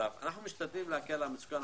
זו דרכנו להקל על המצוקה.